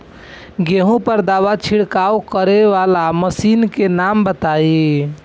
गेहूँ पर दवा छिड़काव करेवाला मशीनों के नाम बताई?